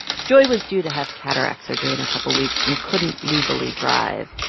joy was due to have cataract surgery in a couple weeks and couldn't legally drive.